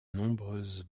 nombreuses